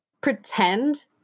Pretend